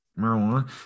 marijuana